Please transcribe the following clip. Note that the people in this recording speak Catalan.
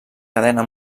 cadena